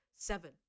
seven